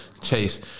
Chase